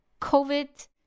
COVID